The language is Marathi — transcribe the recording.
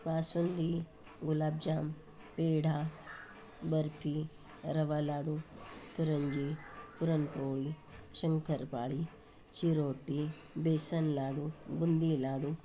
बासुंदी गुलाबजाम पेढा बर्फी रवा लाडू करंजी पुरणपोळी शंकरपाळी चिरोटी बेसन लाडू बुंदी लाडू